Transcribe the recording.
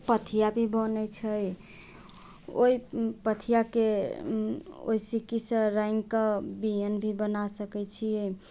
पथिया भी बनै छै ओहि पथियाके ओहि सिक्कीसँ रङ्गीके बियनि भी बना सकै छियै